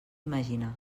imaginar